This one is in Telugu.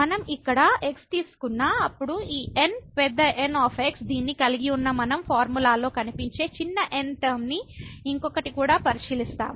మనం ఇక్కడ x తీసుకున్నా అప్పుడు ఈ N పెద్ద N |x| దీన్ని కలిగి ఉన్న మనం ఫార్ములాలో కనిపించే చిన్న n టర్మ ని ఇంకొకటి కూడా పరిశీలిస్తాము